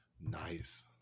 Nice